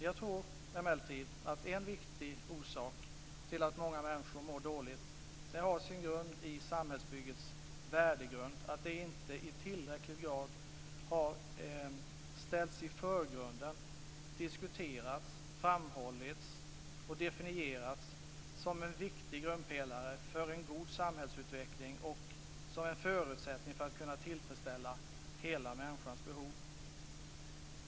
Jag tror emellertid att en viktig orsak till att många människor mår dåligt har sin grund i samhällsbyggets värdegrund, dvs. att den inte i tillräcklig grad har ställts i förgrunden, diskuterats, framhållits och definierats som en viktig grundpelare för en god samhällsutveckling och som en förutsättning för att tillfredsställa hela människans behov.